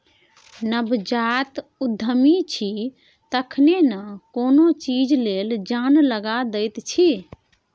नवजात उद्यमी छी तखने न कोनो चीज लेल जान लगा दैत छी